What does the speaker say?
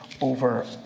over